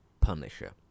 Punisher